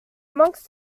amongst